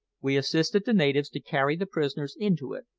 we assisted the natives to carry the prisoners into it,